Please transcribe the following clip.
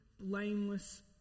blameless